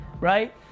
right